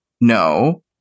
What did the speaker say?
No